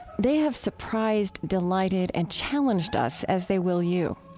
they have surprised, delighted, and challenged us as they will you.